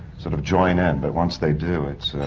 sort of join in. but once they do, it's.